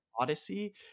Odyssey